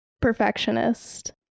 perfectionist